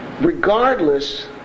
regardless